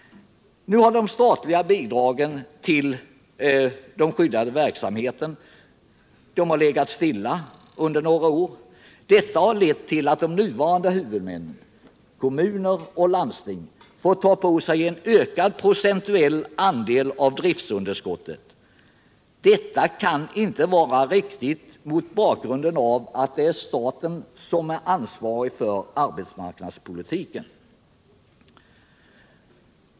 Nu har de statliga bidragen till skyddad verksamhet legat stilla under några år. Detta har lett till att de nuvarande huvudmännen - kommuner och landsting — har måst ta på sig en ökad procentuell andel av driftsunderskotten. Detta kan inte vara riktigt, mot bakgrund av att det är staten som är ansvarig för arbetsmarknadspolitiken.